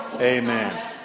Amen